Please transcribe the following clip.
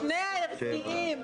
--- שני הערכיים,